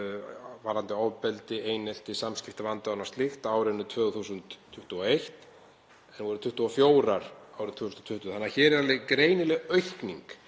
varðandi ofbeldi, einelti, samskiptavanda og annað slíkt á árinu 2021 en voru 24 árið 2020, þannig að hér er greinileg aukning.